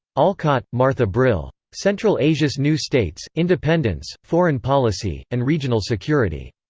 olcott, martha brill. central asia's new states independence, foreign policy, and regional security.